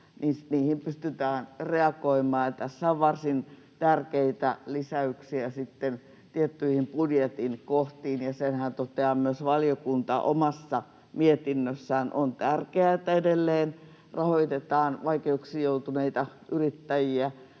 myötä, pystytään reagoimaan, ja tässä on varsin tärkeitä lisäyksiä sitten tiettyihin budjetin kohtiin, ja senhän toteaa myös valiokunta omassa mietinnössään. On tärkeää, että edelleen rahoitetaan vaikeuksiin joutuneita yrittäjiä.